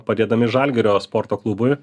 padėdami žalgirio sporto klubui